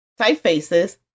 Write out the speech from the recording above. typefaces